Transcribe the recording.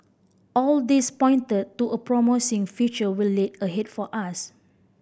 all this pointed to a promising future lay ahead for us